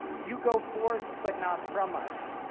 you go forth but not from us.